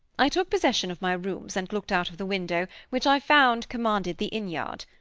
i took possession of my rooms, and looked out of the window, which i found commanded the inn-yard.